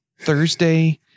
Thursday